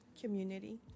Community